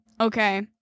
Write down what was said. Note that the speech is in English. okay